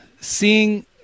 Seeing –